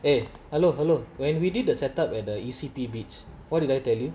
eh hello hello when we did the set up at the E_C_P beach what did I tell you